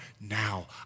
now